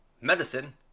Medicine